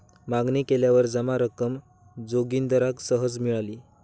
मागणी केल्यावर जमा रक्कम जोगिंदराक सहज मिळाली